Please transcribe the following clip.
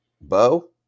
Bo